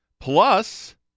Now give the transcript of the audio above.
plus